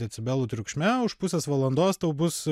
decibelų triukšme už pusės valandos tau bus